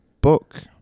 book